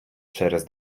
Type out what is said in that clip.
через